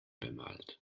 bemalt